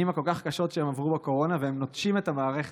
הכל-כך קשות שהם עברו בקורונה והם נוטשים את המערכת.